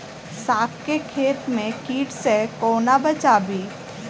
साग केँ खेत केँ कीट सऽ कोना बचाबी?